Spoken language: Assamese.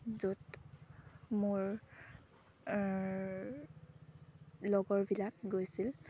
য'ত মোৰ লগৰবিলাক গৈছিল